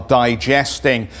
digesting